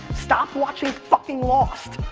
stop watching fucking lost.